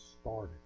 started